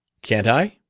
can't i?